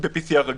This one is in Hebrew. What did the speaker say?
ב-PCR רגיל.